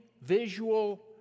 visual